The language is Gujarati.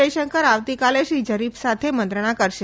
જયશંકર આવતીકાલે શ્રી ઝરીફ સાથે મંત્રણા કરશે